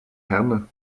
herne